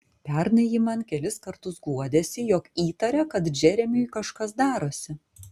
pernai ji man kelis kartus guodėsi jog įtaria kad džeremiui kažkas darosi